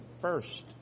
first